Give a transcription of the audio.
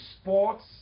sports